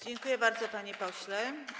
Dziękuję bardzo, panie pośle.